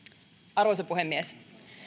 arvoisa puhemies